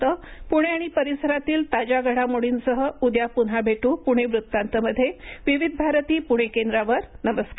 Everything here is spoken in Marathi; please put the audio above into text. पुणे आणि परिसरातील ताज्या घडामोडींसह उद्या पुन्हा भेटू पुणे वृत्तांतमध्ये विविध भारती पुणे केंद्रावर नमस्कार